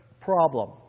problem